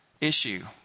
issue